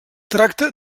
tracta